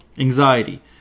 Anxiety